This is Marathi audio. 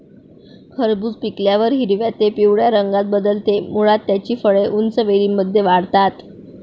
खरबूज पिकल्यावर हिरव्या ते पिवळ्या रंगात बदलते, मुळात त्याची फळे उंच वेलींमध्ये वाढतात